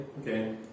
okay